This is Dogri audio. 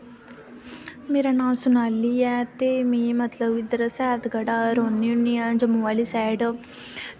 मेरा नांऽ सोनाली ऐ ते में मतलब इद्धर सैतगढ़ रौह्नी आं जम्मू आह्ली साईड